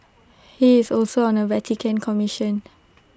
he is also on A Vatican commission